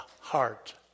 heart